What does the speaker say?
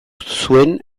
zuen